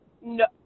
No